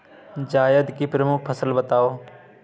जायद की प्रमुख फसल बताओ